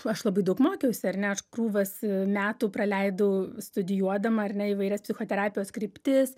aš labai daug mokiausi ar ne aš krūvas metų praleidau studijuodama ar ne įvairias psichoterapijos kryptis